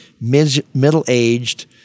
middle-aged